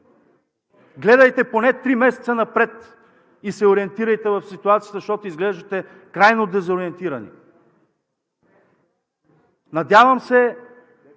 Гледайте поне три месеца напред и се ориентирайте в ситуацията, защото изглеждате крайно дезориентирани. Надявам се